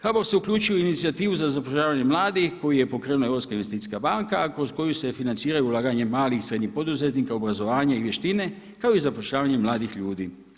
HBOR se uključuje u inicijativu za zapošljavanje mladih koji je pokrenula Europska investicijska banka, a kroz koju se financira i ulaganje malih i srednjih poduzetnika, obrazovanje i vještine kao i zapošljavanje mladih ljudi.